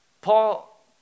Paul